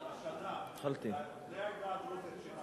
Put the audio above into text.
היתה לנו בעיה השנה בעדה הדרוזית שיום